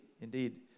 indeed